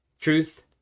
Truth